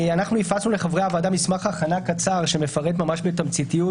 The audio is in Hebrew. אנחנו הפצנו לחברי הוועדה מסמך הכנה קצר שמפרט ממש בתמציתיות